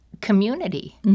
community